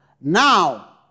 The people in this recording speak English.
Now